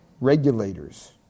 regulators